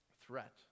threat